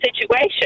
situation